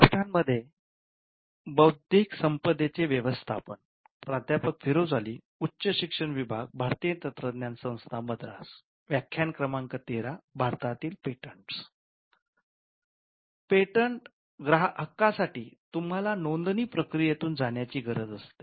patent हक्कांसाठी तुम्हाला नोंदणी प्रक्रियेतून जाण्याची गरज असते